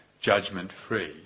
judgment-free